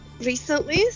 recently